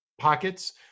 pockets